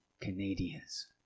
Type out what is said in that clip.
Canadians